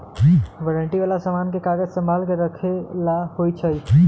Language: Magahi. वारंटी वाला समान के कागज संभाल के रखे ला होई छई